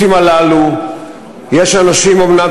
אבל בתוך האוטובוסים הללו יש אנשים שאומנם